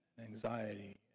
anxiety